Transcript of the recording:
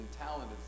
talented